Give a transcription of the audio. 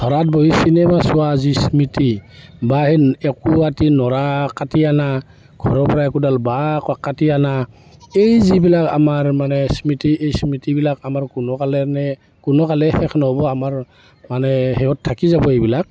ঢৰাত বহি চিনেমা চোৱা যি স্মৃতি বা সেই একোআতি নৰা কাটি আনা ঘৰৰ পৰা একোডাল বাঁহ কাটি আনা এই যিবিলাক আমাৰ মানে স্মৃতি এই স্মৃতিবিলাক আমাৰ কোনো কালনে কোনো কালেই শেষ নহ'ব আমাৰ মানে শেহত থাকি যাব এইবিলাক